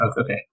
Okay